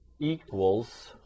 equals